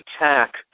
attack